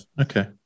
okay